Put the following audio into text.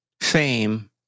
fame